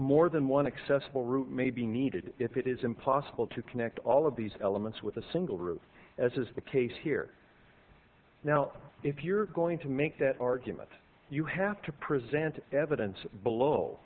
more than one accessible room may be needed if it is impossible to connect all of these elements with a single roof as is the case here now if you're going to make that argument you have to present evidence below